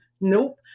nope